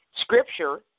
Scripture